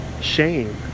shame